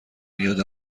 میاد